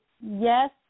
yes